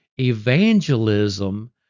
evangelism